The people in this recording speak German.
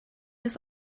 des